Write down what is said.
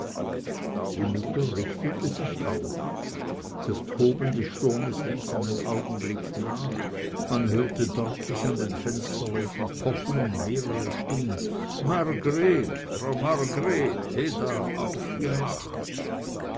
die mutter richtete sich auf das toben des sturms ließ einen augenblick nach man hörte deutlich an den fensterläden pochen und mehrere stimmen margreth frau margreth heda aufgemacht